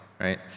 right